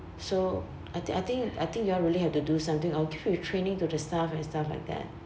so I think I think I think you all really have to do something I will train with retraining to the staff and stuff like that